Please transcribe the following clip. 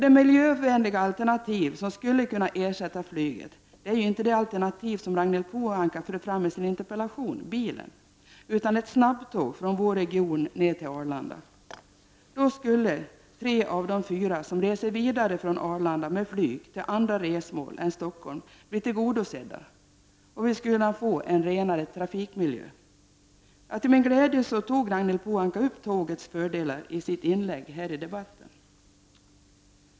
Det miljövänliga alternativ som skulle kunna ersätta flyget är dock inte det alternativ som Ragnhild Pohanka för fram i sin interpellation, nämligen bilen, utan ett snabbtåg från vår region till Arlanda. Då skulle tre av fyra som reser vidare från Arlanda med flyg till andra resmål än Stockholm få sina önskemål tillgodosedda. Vi skulle dessutom kunna få en renare trafikmiljö. Till min glädje tog Ragnhild Pohanka upp tågets fördelar i sitt inlägg i den här debatten.